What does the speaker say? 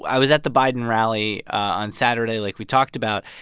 i was at the biden rally on saturday, like we talked about.